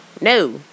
no